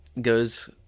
goes